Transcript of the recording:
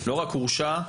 עוד לפני הרשאה,